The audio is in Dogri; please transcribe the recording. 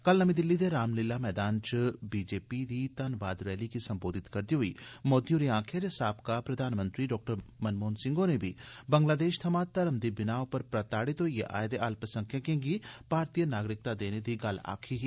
कल नमीं दिल्ली दे रामलीला मैदान च बीजेपी दे घन्नबाद रैली गी संबोधित करदे होई मोदी होरें आक्खेआ जे साबका प्रघानमंत्री डॉ मनमोहन सिंह होरें बंगलादेश थमां धर्म दी बिनाह पर प्रताड़ित होईए आए दे अल्पसंख्यकें गी भारतीय नागरिकता देने दी गल्ल आक्खी ही